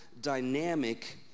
dynamic